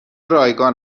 رایگان